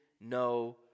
no